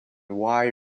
wide